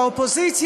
באופוזיציה,